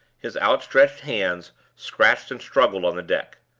his outstretched hands scratched and struggled on the deck.